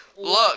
look